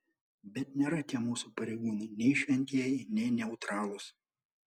bet nėra tie mūsų pareigūnai nei šventieji nei neutralūs